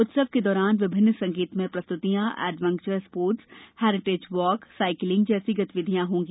उत्सव के दौरान विभिन्न संगीतमय प्रस्तृतियाँ adventure sports heritage walk cycling जैसी गतिविधियों होंगी